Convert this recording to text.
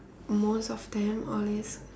most of them always